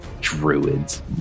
druids